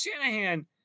Shanahan